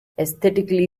aesthetically